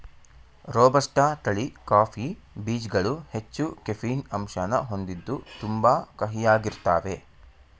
robusta ತಳಿ coffee ಬೀಜ್ಗಳು ಹೆಚ್ಚು ಕೆಫೀನ್ ಅಂಶನ ಹೊಂದಿದ್ದು ತುಂಬಾ ಕಹಿಯಾಗಿರ್ತಾವೇ